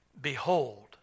Behold